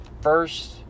First